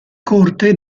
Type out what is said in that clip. corte